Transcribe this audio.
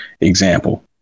Example